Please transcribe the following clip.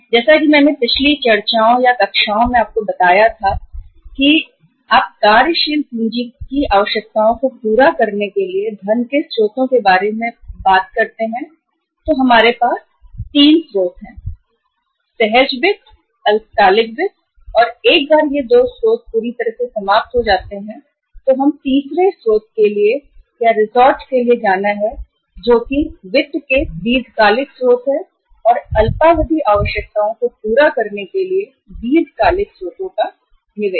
जैसा कि मैंने पिछली कक्षाओं में बताया था कि जब हम कार्यशील पूंजी की आवश्यकताओं को पूरा करने के बारे में बात करते हैं तब हमारे पास तीन स्रोत उपलब्ध है सहज वित्त अल्पकालिक वित्त और एक बार ये 2 स्रोत पूरी तरह से समाप्त हो जाते हैं तो हम तीसरे स्रोत के लिए या रिसोर्ट के लिए जाना है जो कि वित्त के दीर्घकालिक स्रोत हैं और अल्पावधि आवश्यकताओं को पूरा करने के लिए दीर्घकालिक स्रोतों का निवेश